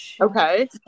okay